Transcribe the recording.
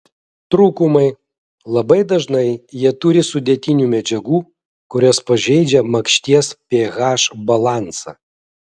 trūkumai labai dažnai jie turi sudėtinių medžiagų kurios pažeidžia makšties ph balansą